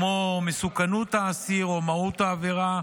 כמו מסוכנות האסיר או מהות העבירה,